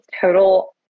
total